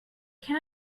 can